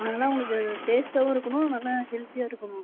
அதுலாம் அவங்களுக்கு டேஸ்ட்டாகவும் இருக்கனும் நல்லா ஹெல்த்தியாக இருக்கனும்